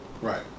right